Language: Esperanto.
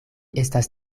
estas